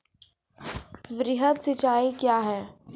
वृहद सिंचाई कया हैं?